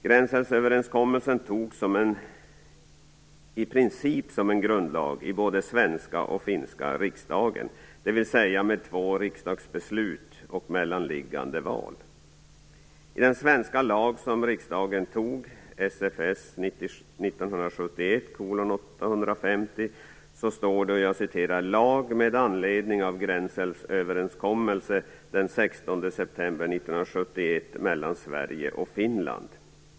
Gränsälvsöverenskommelsen antogs i princip som en grundlag i både den svenska och den finska riksdagen, dvs. med två riksdagsbeslut med mellanliggande val. I den svenska lag som riksdagen antog - mellan Sverige och Finland".